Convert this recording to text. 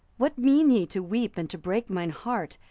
what mean ye to weep and to break mine heart?